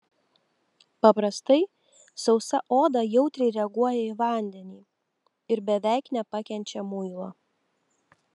paprastai sausa oda jautriai reaguoja į vandenį ir beveik nepakenčia muilo